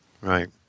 Right